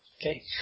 Okay